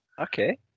okay